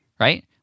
right